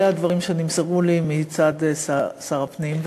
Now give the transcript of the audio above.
אלה הדברים שנמסרו לי מצד שר הפנים.